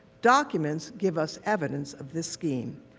documents give us evidence of the scheme.